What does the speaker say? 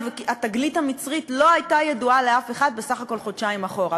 והתגלית המצרית לא הייתה ידועה לאף אחד בסך הכול חודשיים אחורה.